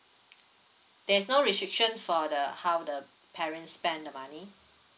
there's no restriction for the how the parents spend the money